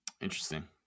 Interesting